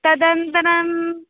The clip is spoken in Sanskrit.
तदनन्तरं